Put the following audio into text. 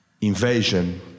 invasion